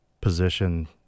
position